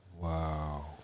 Wow